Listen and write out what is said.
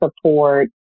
support